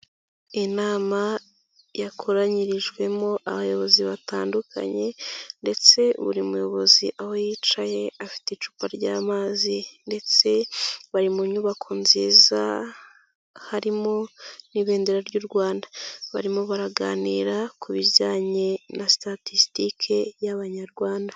Inama yakoranyirijwemo abayobozi batandukanye ndetse buri muyobozi aho yicaye afite icupa ry'amazi ndetse bari mu nyubako nziza harimo n'ibendera ry'u Rwanda, barimo baraganira ku bijyanye na sitatisitike y'abanyarwanda.